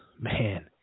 man –